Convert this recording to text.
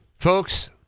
Folks